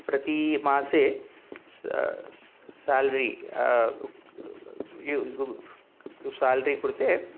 प्रतिमासे salary salary कृते